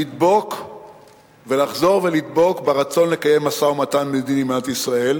לדבוק ולחזור ולדבוק ברצון לקיים משא-ומתן מדיני עם מדינת ישראל